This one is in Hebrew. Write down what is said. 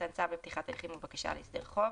מתן צו לפתיחת הליכים ובקשה להסדר חוב,"